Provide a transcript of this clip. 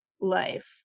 life